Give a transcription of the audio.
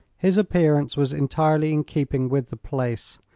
his appearance was entirely in keeping with the place,